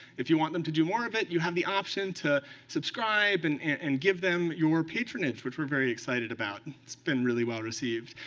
if you want them to do more of it, you have the option to subscribe and and give them your patronage, which we're very excited about. it's been really well-received.